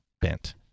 bent